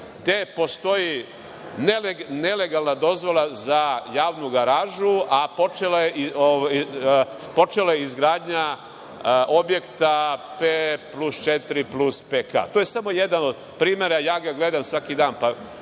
gde postoji nelegalna dozvola za javnu garažu, a počela je i izgradnja objekata P, plus četiri, plus PK. To je samo jedan od primera, ja ga gledam svaki dan,